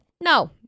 no